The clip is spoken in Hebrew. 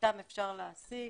אותם אפשר להעסיק,